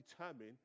determine